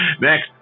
Next